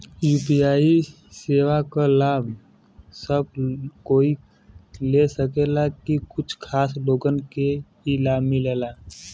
UPI सेवा क लाभ सब कोई ले सकेला की कुछ खास लोगन के ई लाभ मिलेला?